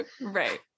Right